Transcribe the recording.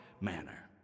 manner